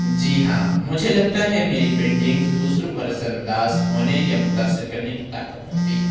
جی ہاں مجھے لگتا ہے میری پینٹنگز دوسروں پر اثر انداز ہونے یا متاثر ہونے کی طاقت رکھتی ہے